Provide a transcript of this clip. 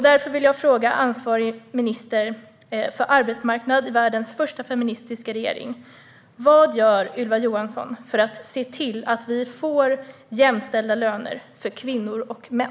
Därför vill jag fråga ansvarig minister för arbetsmarknad i världens första feministiska regering: Vad gör Ylva Johansson för att se till att vi får jämställda löner för kvinnor och män?